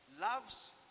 loves